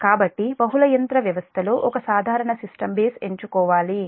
కాబట్టి బహుళ యంత్ర వ్యవస్థలో ఒక సాధారణ సిస్టమ్ బేస్ ఎంచుకోవాలి